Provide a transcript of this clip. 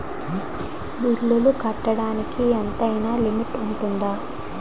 బిల్లులు కట్టడానికి ఎంతైనా లిమిట్ఉందా?